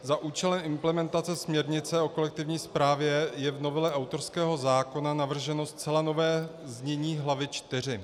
Za účelem implementace směrnice o kolektivní správě je v novele autorského zákona navrženo zcela nové znění hlavy IV.